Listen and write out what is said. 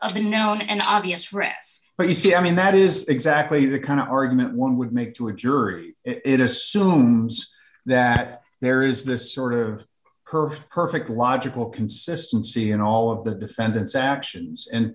of unknown and obvious rests but you see i mean that is exactly the kind of argument one would make to a jury it assumes that there is this sort of curve perfect logical consistency in all of the defendant's actions and